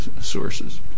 sources